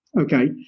Okay